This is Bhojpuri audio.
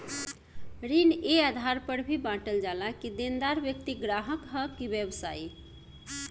ऋण ए आधार पर भी बॉटल जाला कि देनदार व्यक्ति ग्राहक ह कि व्यवसायी